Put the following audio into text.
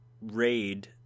raid